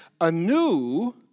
anew